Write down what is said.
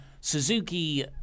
Suzuki